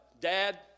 dad